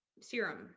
serum